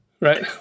Right